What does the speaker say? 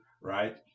right